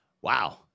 wow